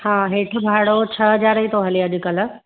हा हेठि भाड़ो छह हज़ार ई थो हले अॼुकल्ह